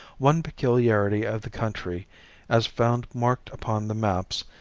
one peculiarity of the country as found marked upon the maps,